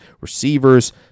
receivers